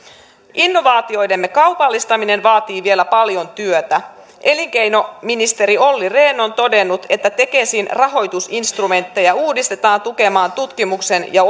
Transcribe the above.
innovaatioidemme kaupallistaminen vaatii vielä paljon työtä elinkeinoministeri olli rehn on todennut että tekesin rahoitusinstrumentteja uudistetaan tukemaan tutkimuksen ja